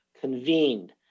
convened